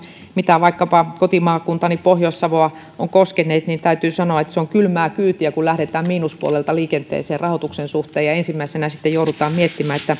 mitkä vaikkapa kotimaakuntaani pohjois savoa ovat koskeneet täytyy sanoa että se on kylmää kyytiä kun lähdetään miinuspuolelta liikenteeseen rahoituksen suhteen ja ensimmäisenä sitten joudutaan miettimään